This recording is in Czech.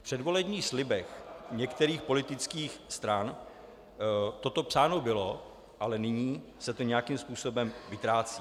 V předvolebních slibech některých politických stran toto psáno bylo, ale nyní se to nějakým způsobem vytrácí.